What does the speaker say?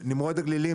נמרוד הגלילי,